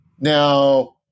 Now